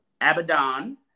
Abaddon